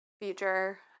future